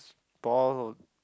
Paul